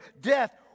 death